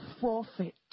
forfeit